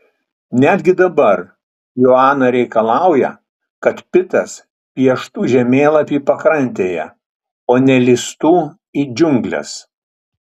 netgi dabar joana reikalauja kad pitas pieštų žemėlapį pakrantėje o ne lįstų į džiungles